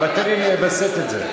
אבל תן לי לווסת את זה.